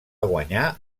guanyar